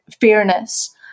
fairness